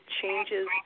changes